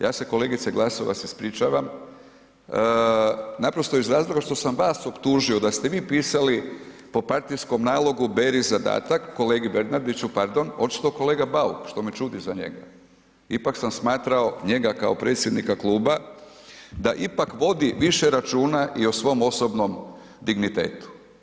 Ja se kolegice Glasovac ispričavam, naprosto iz razloga što sam vas optužio da ste vi pisali po partijskom nalogu Beri zadatak, kolegi Bernardiću pardon, očito kolega Bauk što me čudi za njega, ipak sam smatrao njega kao predsjednika kluba da ipak vodi više računa i o svom osobnom dignitetu.